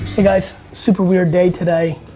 guys, super weird day today.